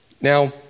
Now